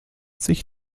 sich